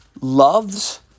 loves